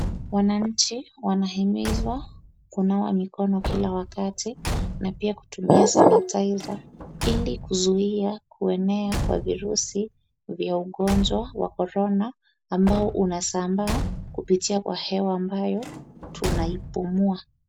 Wananchi wanahimizwa kunawa mikono kila wakati na pia kutumia sanitizer ili kuzuia kuenea kwa virusi vya ugonjwa wa Corona ambao unasambaa kupitia kwa hewa ambayo tunaipumua.